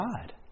God